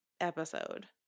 episode